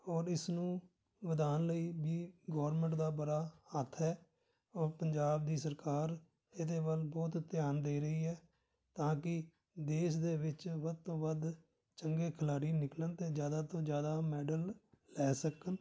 ਔਰ ਇਸਨੂੰ ਵਧਾਉਣ ਲਈ ਵੀ ਗੌਰਮੈਂਟ ਦਾ ਬੜਾ ਹੱਥ ਹੈ ਔਰ ਪੰਜਾਬ ਦੀ ਸਰਕਾਰ ਇਹਦੇ ਵੱਲ ਬਹੁਤ ਧਿਆਨ ਦੇ ਰਹੀ ਹੈ ਤਾਂ ਕਿ ਦੇਸ਼ ਦੇ ਵਿੱਚ ਵੱਧ ਤੋਂ ਵੱਧ ਚੰਗੇ ਖਿਲਾੜੀ ਨਿਕਲਣ ਅਤੇ ਜ਼ਿਆਦਾ ਤੋਂ ਜ਼ਿਆਦਾ ਮੈਡਲ ਲੈ ਸਕਣ